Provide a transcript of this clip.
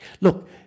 Look